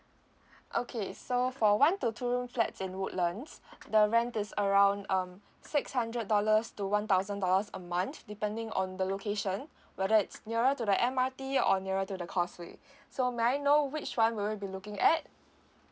okay so for one to two room flats in woodlands the rent is around um six hundred dollars to one thousand dollars a month depending on the location whether it's nearer to the M_R_T or nearer to the cosway so may I know which one will you be looking at